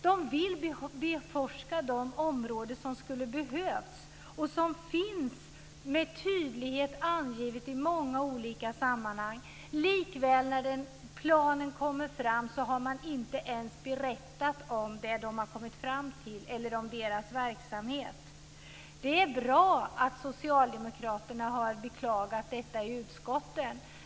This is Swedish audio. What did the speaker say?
De vill forska inom de områden där det behövs och som med tydlighet finns angivna i många olika sammanhang. Men i den framlagda planen har man likväl inte ens berättat det de har kommit fram till eller om deras verksamhet. Det är bra att socialdemokraterna har beklagat detta i utskottet.